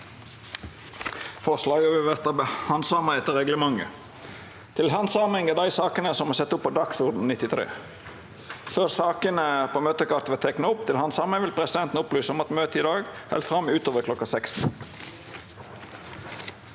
Før sakene på møtekartet vert tekne opp til handsaming, vil presidenten opplysa om at møtet i dag held fram utover kl. 16.